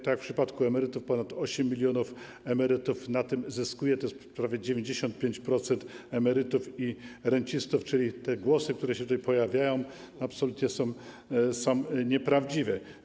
Tak jak w przypadku emerytów, ponad 8 mln emerytów na tym zyskuje, tj. prawie 95% emerytów i rencistów, czyli te głosy, które się tutaj pojawiają, absolutnie są nieprawdziwe.